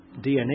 DNA